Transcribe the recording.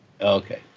Okay